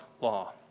law